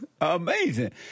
Amazing